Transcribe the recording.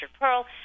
Pearl